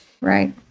right